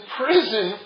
prison